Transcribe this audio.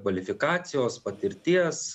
kvalifikacijos patirties